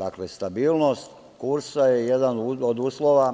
Dakle, stabilnost kursa je jedan od uslova